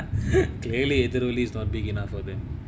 clearly எதிரொலி:ethiroli is not big enough of them